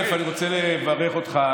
אני רוצה לברך אותך,